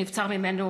שנבצר ממנו